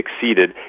succeeded